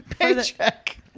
Paycheck